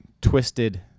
twisted